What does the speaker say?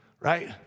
right